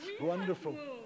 Wonderful